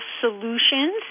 Solutions